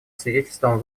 свидетельством